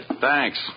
Thanks